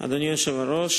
אדוני היושב-ראש,